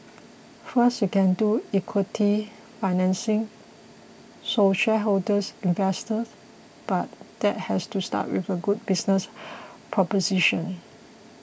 first you can do equity financing so shareholders investors but that has to start with a good business proposition